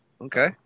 Okay